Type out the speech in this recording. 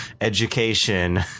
education